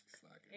Slacking